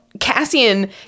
cassian